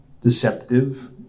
deceptive